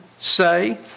say